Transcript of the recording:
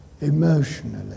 emotionally